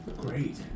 Great